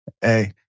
Hey